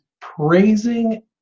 praising